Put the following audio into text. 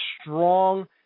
strong